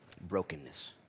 brokenness